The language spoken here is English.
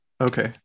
Okay